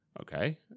Okay